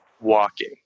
walking